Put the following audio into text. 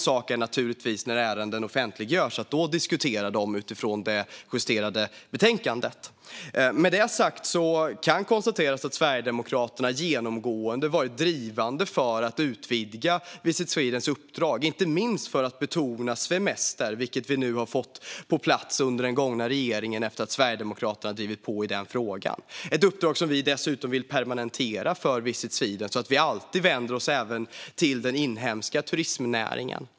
Det är naturligtvis en annan sak att diskutera ärenden utifrån det justerade betänkandet när de har offentliggjorts. Sverigedemokraterna har genomgående varit drivande för att utvidga Visit Swedens uppdrag, inte minst för att betona "svemester", vilket vi nu har fått på plats efter att Sverigedemokraterna drivit på i den frågan. Det är ett uppdrag som Sverigedemokraterna dessutom vill permanenta för Visit Sweden så att vi alltid vänder oss även till den inhemska turismnäringen.